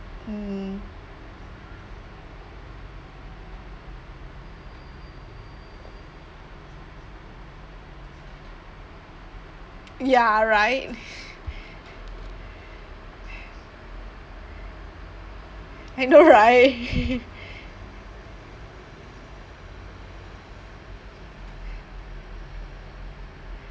mm ya right I know right